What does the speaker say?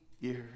years